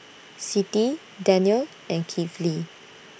Siti Daniel and Kifli